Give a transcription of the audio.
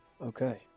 okay